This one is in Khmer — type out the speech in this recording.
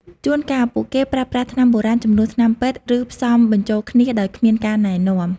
ជួនកាល ពួកគេប្រើប្រាស់ថ្នាំបុរាណជំនួសថ្នាំពេទ្យ ឬផ្សំបញ្ចូលគ្នាដោយគ្មានការណែនាំ។